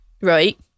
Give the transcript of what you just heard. Right